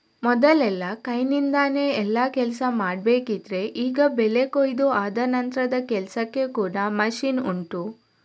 ಮೊದಲೆಲ್ಲ ಕೈನಿಂದಾನೆ ಎಲ್ಲಾ ಕೆಲ್ಸ ಮಾಡ್ಬೇಕಿದ್ರೆ ಈಗ ಬೆಳೆ ಕೊಯಿದು ಆದ ನಂತ್ರದ ಕೆಲ್ಸಕ್ಕೆ ಕೂಡಾ ಮಷೀನ್ ಉಂಟು